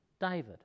David